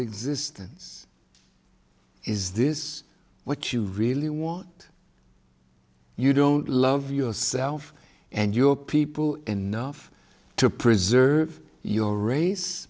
existence is this what you really want you don't love yourself and your people enough to preserve your ra